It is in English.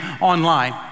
online